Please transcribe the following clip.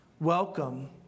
Welcome